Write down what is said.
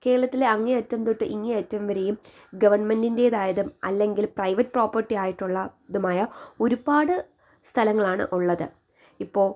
കേരളത്തിലെ അങ്ങേയറ്റം തൊട്ട് ഇങ്ങേയറ്റം വരെയും ഗവണ്മെൻ്റിൻ്റേതായതും അല്ലെങ്കിൽ പ്രൈവറ്റ് പ്രോപ്പർട്ടി ആയിട്ടുള്ളതുമായ ഒരുപാട് സ്ഥലങ്ങളാണ് ഉള്ളത് ഇപ്പോൾ